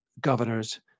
governors